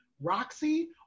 Roxy